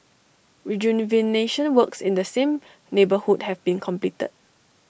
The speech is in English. rejuvenation works in the same neighbourhood have been completed